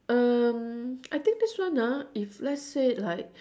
um I think this one ah if let's say like